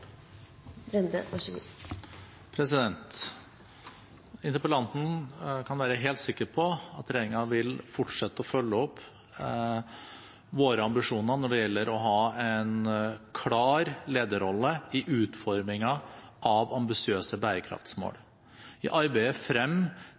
Interpellanten kan være helt sikker på at regjeringen vil fortsette å følge opp våre ambisjoner når det gjelder å ha en klar lederrolle i utformingen av ambisiøse bærekraftmål. I arbeidet frem